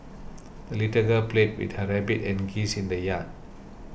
the little girl played with her rabbit and geese in the yard